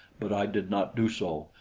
but i did not do so,